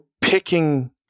picking